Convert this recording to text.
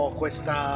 questa